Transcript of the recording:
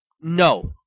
No